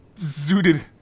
zooted